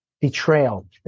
betrayal